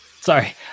sorry